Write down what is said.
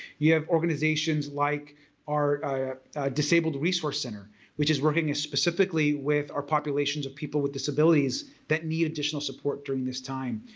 you have organizations like our disabled resource center which is working as specifically with our populations of people with disabilities that need additional support during this time.